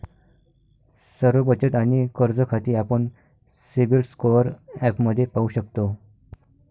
सर्व बचत आणि कर्ज खाती आपण सिबिल स्कोअर ॲपमध्ये पाहू शकतो